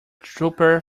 trooper